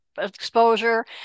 exposure